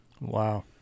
Wow